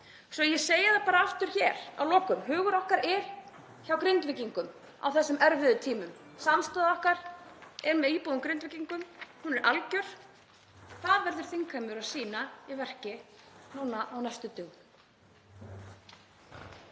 Svo segi ég það bara aftur hér að lokum: Hugur okkar er hjá Grindvíkingum á þessum erfiðu tímum. Samstaða okkar er með íbúum, með Grindvíkingum. Hún er algjör. Það verður þingheimur að sýna í verki á næstu dögum.